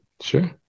Sure